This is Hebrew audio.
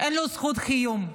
אין לו זכות קיום,